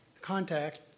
contact